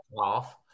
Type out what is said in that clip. half